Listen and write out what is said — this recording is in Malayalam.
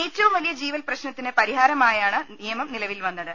ഏറ്റവും വലിയ ജീവൽപ്രശ് നത്തിന് പരിഹാരമായാണ് നിയമം നിലവിൽ വന്നത്